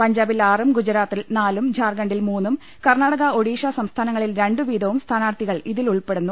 പഞ്ചാ ബിൽ ആറും ഗുജറാത്തിൽ നാലും ജാർഖണ്ഡിൽ മൂന്നും കർണാടക ഒഡീഷ സംസ്ഥാനങ്ങളിൽ രണ്ടു വീതവും സ്ഥാനാർത്ഥി കൾ ഇതിൽ ഉൾപെടുന്നു